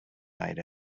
night